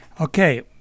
Okay